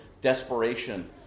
desperation